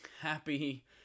Happy